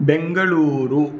बेङ्गळूरुः